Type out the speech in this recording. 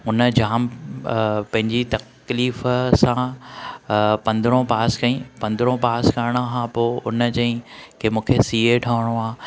हुन जामु पंहिंजी तकलीफ़ु सां पंदरहों पास कयईं पंदरहों पास करण खां पोइ हुन चयईं की मूंखे सी ए ठहणो आहे